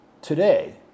Today